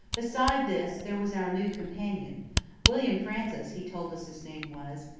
beside this there was our new companion william francis he told us his name was,